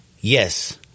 yes